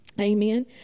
Amen